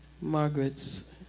Margaret's